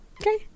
Okay